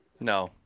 No